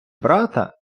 брата